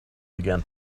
began